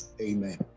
Amen